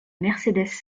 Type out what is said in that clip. mercedes